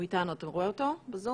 הוא איתנו, אתה רואה אותו בזום?